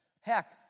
Heck